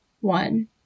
one